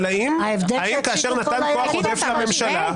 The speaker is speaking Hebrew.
האם כאשר נתן כוח עודף לממשלה,